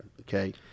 okay